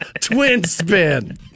Twin-spin